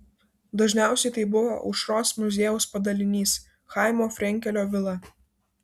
dažniausiai tai buvo aušros muziejaus padalinys chaimo frenkelio vila